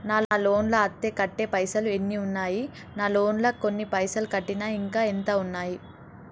నా లోన్ లా అత్తే కట్టే పైసల్ ఎన్ని ఉన్నాయి నా లోన్ లా కొన్ని పైసల్ కట్టిన ఇంకా ఎంత ఉన్నాయి?